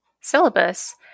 syllabus